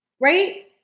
Right